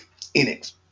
Enix